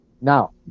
now